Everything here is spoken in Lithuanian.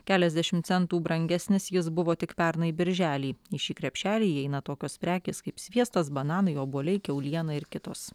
keliasdešim centų brangesnis jis buvo tik pernai birželį į šį krepšelį įeina tokios prekės kaip sviestas bananai obuoliai kiauliena ir kitos